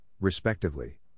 respectively